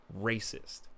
racist